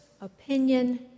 opinion